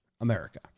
America